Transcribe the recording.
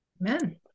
Amen